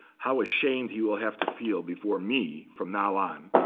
how ashamed he will have to feel before me, from now on.